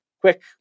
quick